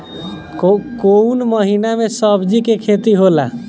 कोउन महीना में सब्जि के खेती होला?